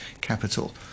capital